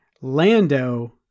Lando